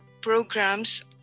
programs